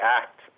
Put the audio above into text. act